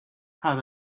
had